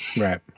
Right